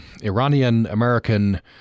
Iranian-American